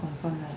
mmhmm